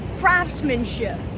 craftsmanship